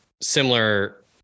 similar